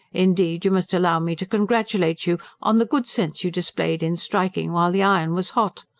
indeed, you must allow me to congratulate you on the good sense you displayed in striking while the iron was hot.